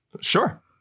Sure